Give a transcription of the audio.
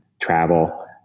travel